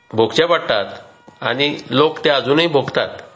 भोगचे पडटात आनी लोक ते अजुनूय भोगतात